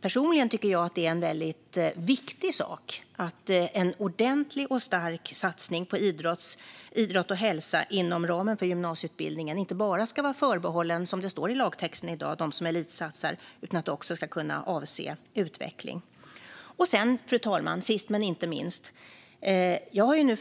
Personligen tycker jag att det är en viktig sak att en ordentlig och stark satsning på idrott och hälsa inom ramen för gymnasieutbildningen inte bara ska vara förbehållen, som det i dag står i lagtexten, dem som elitsatsar. Det ska också kunna avse utveckling. Fru talman! Sist men inte minst har jag nu